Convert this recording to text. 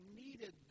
needed